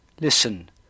Listen